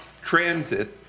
transit